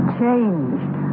changed